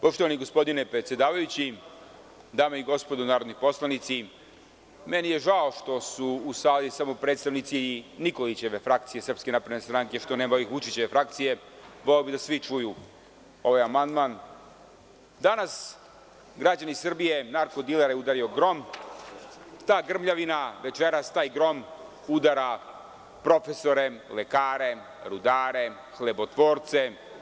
Poštovani gospodine predsedavajući, dame i gospodo narodni poslanici, meni je žao što su u sali samo predstavnici Nikolićeve frakcije, SNS, što nema Vučićeve frakcije i voleo bih da svi čuju ovaj amandman, danas građani Srbije, narkodilere udario grom, a ta grmljavina, večeras taj grom udara profesore, lekare, rudare, hlebotvorce.